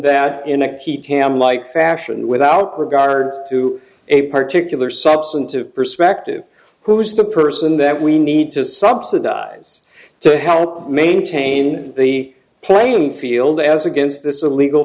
that in a key tam like fashion without regard to a particular substantive perspective who's the person that we need to subsidize to help maintain the i mean field as against this illegal